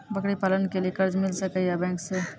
बकरी पालन के लिए कर्ज मिल सके या बैंक से?